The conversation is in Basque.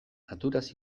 naturaz